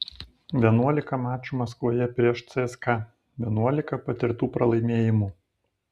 vienuolika mačų maskvoje prieš cska vienuolika patirtų pralaimėjimų